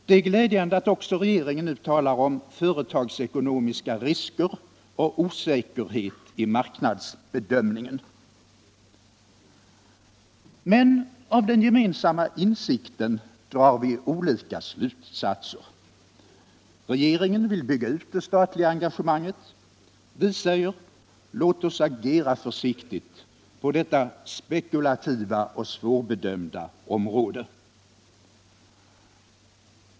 Det är glädjande att också regeringen nu talar om ”företagsekonomiska risker” och om ”osäkerhet i marknadsbedömningen”. Men av dessa gemensamma insikter drar vi olika slutsatser. Regeringen vill bygga ut det statliga engagemanget. Vi säger: Låt oss agera försiktigt på detta spekulativa och svårbedömda område.